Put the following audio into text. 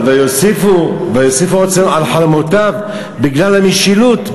אבל "ויוסִפו עוד שנֹא על חלֹמֹתיו" בגלל המשילות,